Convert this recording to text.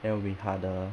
then will be harder